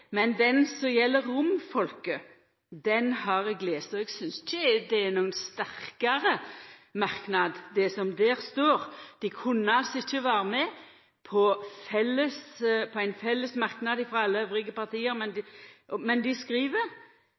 men den som gjeld romfolket, har eg lese, og eg synest ikkje det er nokon sterkare merknad det som der står. Dei kunne altså ikkje vera med på ein fellesmerknad frå alle dei andre partia, men dei skriv